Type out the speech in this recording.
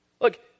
Look